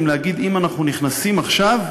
להגיד אם אנחנו נכנסים עכשיו,